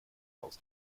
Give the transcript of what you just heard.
aus